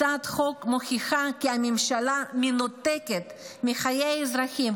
הצעת החוק מוכיחה כי הממשלה מנותקת מחיי האזרחים,